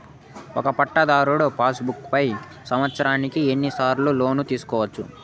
ఒక పట్టాధారు passbook పై సంవత్సరానికి ఎన్ని సార్లు లోను తీసుకోవచ్చు?